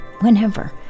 whenever